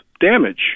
damage